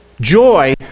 Joy